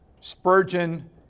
Spurgeon